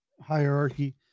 hierarchy